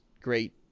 great